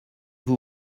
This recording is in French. vous